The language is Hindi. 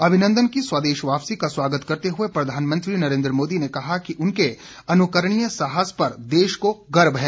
अभिनंदन की स्वदेश वापसी का स्वागत करते हुए प्रधानमंत्री नरेन्द्र मोदी ने कहा कि उनके अनुकरणीय साहस पर देश को गर्व है